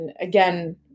again